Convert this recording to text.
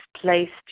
placed